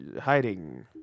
hiding